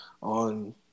on